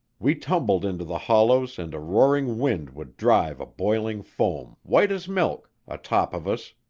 we tumbled into the hollows and a roaring wind would drive a boiling foam, white as milk, atop of us